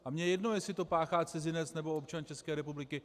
A mně je jedno, jestli to páchá cizinec, nebo občan České republiky.